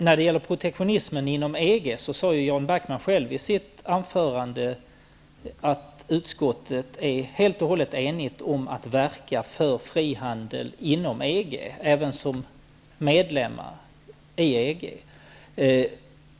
När det gäller protektionismen inom EG sade Jan Backman i sitt anförande att utskottet är helt och hållet enigt om att Sverige skall verka för frihandel inom EG, även som medlem i EG.